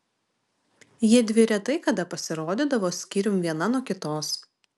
jiedvi retai kada pasirodydavo skyrium viena nuo kitos